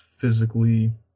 physically